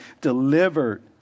delivered